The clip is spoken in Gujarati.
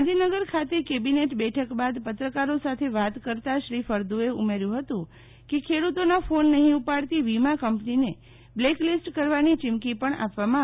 ગાંધીનગર ખાતે કેબિનેટ બેઠક બાદ પત્રકારો સાથે વાત કરતા શ્રી ફળદુએ ઉમેર્યું હતું કે ખેડૂતોના ફોન નહીં ઉપાડતી વિમા કંપનીને બ્લેક લીસ્ટ કરવાની ચીમકી પણ આપવામાં આવી છે